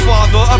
Father